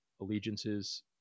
allegiances